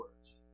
words